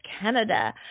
Canada